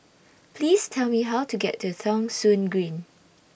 Please Tell Me How to get to Thong Soon Green